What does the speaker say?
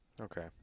Okay